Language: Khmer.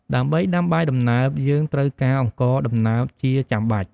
ដើម្បីដាំបាយដំណើប យើងត្រូវការអង្ករដំណើបជាចាំបាច់។